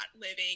living